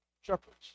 shepherds